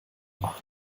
waren